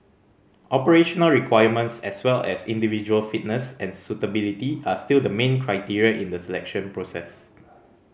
operational requirements as well as individual fitness and suitability are still the main criteria in the selection process